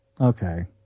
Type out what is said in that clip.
Okay